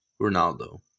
Ronaldo